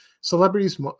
celebrities